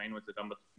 ראינו את זה גם בתכנית